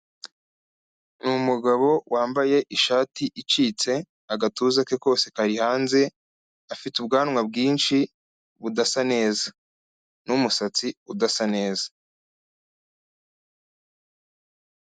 Ni umugabo wambaye ishati icitse agatuza ke kose kari hanze afite ubwanwa bwinshi budasa neza, n'umusatsi udasa neza.